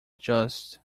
just